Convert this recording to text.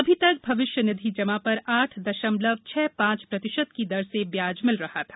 अभी तक भविष्य निधि जमा पर आठ दशमलव छह पांच प्रतिशत की दर से ब्याज मिल रहा था